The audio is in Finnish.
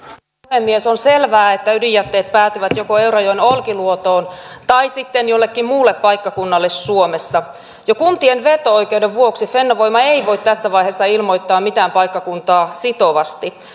puhemies on selvää että ydinjätteet päätyvät joko eurajoen olkiluotoon tai sitten jollekin muulle paikkakunnalle suomessa jo kuntien veto oikeuden vuoksi fennovoima ei voi tässä vaiheessa ilmoittaa mitään paikkakuntaa sitovasti